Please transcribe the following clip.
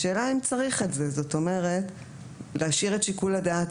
השאלה היא: האם צריך להשאיר את שיקול הדעת